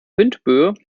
windböe